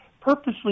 purposely